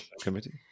Committee